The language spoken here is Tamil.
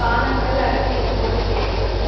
பானங்கள் அடுத்து எப்போது கிடைக்கும்